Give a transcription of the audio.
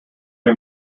him